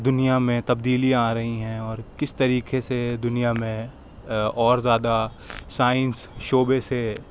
دُنیا میں تبدیلیاں آ رہی ہیں اور کس طریقے سے دُنیا میں اور زیادہ سائنس شعبے سے